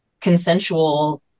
consensual